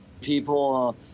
people